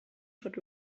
should